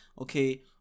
okay